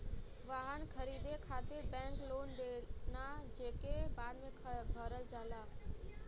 वाहन खरीदे खातिर बैंक लोन देना जेके बाद में भरल जाला